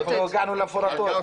עוד לא הגענו למפורטת.